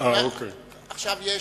עכשיו יש